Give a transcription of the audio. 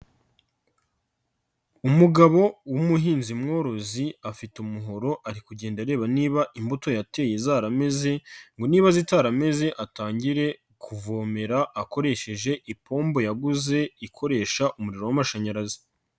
Umugabo w'umuhinzi mworozi afite umuhoro ari kugenda areba niba imbuto yateye zarameze, ngo niba zitarameze atangire kuvomera akoresheje ipombo yaguze ikoresha umuriro w'amashanyarazi.